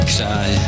Cry